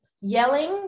Yelling